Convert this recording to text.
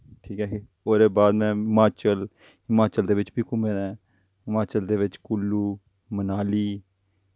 ठीक ऐ ओह्दे बाद में हिमाचल हिमाचल दे बिच्च बी घूमे दा ऐं हिमाचल दे बिच्च कुल्लु मनाली